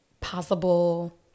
possible